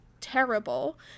terrible